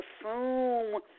assume